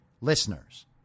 listeners